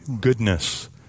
goodness